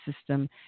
system